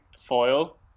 foil